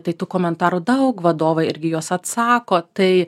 tai tų komentarų daug vadovai irgi į juos atsako tai